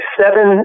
seven